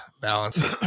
balance